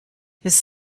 his